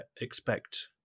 expect